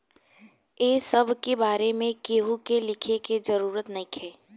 ए सब के बारे में केहू के लिखे के जरूरत नइखे